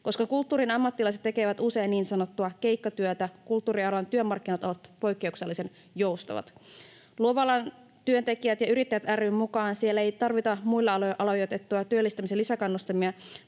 Koska kulttuurin ammattilaiset tekevät usein niin sanottua keikkatyötä, kulttuurialan työmarkkinat ovat poikkeuksellisen joustavat. Luovan alan työntekijät ja yrittäjät ry:n mukaan siellä ei tarvita muille aloille ajateltuja työllistymisen lisäkannustimia,